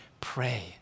pray